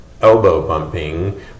elbow-bumping